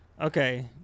Okay